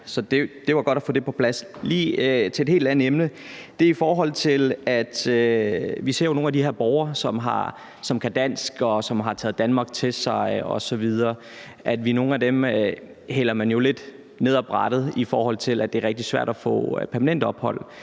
Så det var godt at få det på plads. For lige at gå til et helt andet emne ser vi jo, at nogle af de her borgere, som kan dansk, og som har taget Danmark til sig osv., bliver hældt lidt ned ad brættet, i forhold til at det er rigtig svært at få permanent ophold,